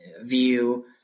view